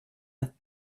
are